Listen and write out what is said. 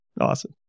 Awesome